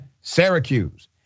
Syracuse